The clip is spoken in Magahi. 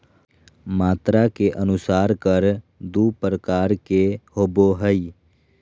मात्रा के अनुसार कर दू प्रकार के होबो हइ